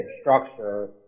structure